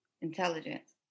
Intelligence